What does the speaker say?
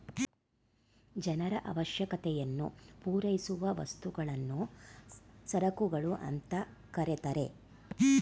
ಜನರ ಅವಶ್ಯಕತೆಯನ್ನು ಪೂರೈಸುವ ವಸ್ತುಗಳನ್ನು ಸರಕುಗಳು ಅಂತ ಕರೆತರೆ